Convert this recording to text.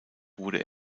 wurde